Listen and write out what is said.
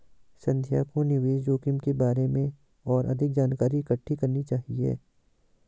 संध्या को निवेश जोखिम के बारे में और अधिक जानकारी इकट्ठी करनी चाहिए